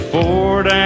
Ford